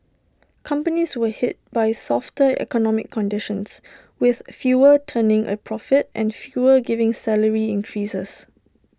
companies were hit by softer economic conditions with fewer turning A profit and fewer giving salary increases